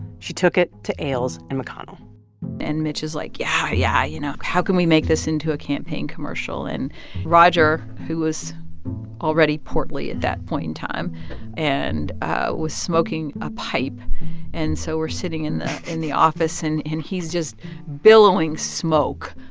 she took it to ailes and mcconnell and mitch is, like, yeah, yeah. you know, how can we make this into a campaign commercial? and roger, who was already portly at that point in time and ah was smoking a pipe and so we're sitting in the in the office, and he's just billowing smoke.